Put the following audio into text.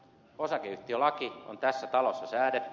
osakeyhtiölaki on tässä talossa säädetty